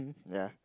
ya